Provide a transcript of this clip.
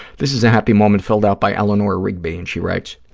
this is a happy moment filled out by eleanor rigby, and she writes,